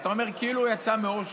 כשאתה אומר "כאילו הוא יצא מאושוויץ",